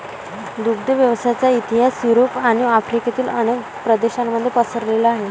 दुग्ध व्यवसायाचा इतिहास युरोप आणि आफ्रिकेतील अनेक प्रदेशांमध्ये पसरलेला आहे